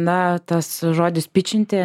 na tas žodis pičinti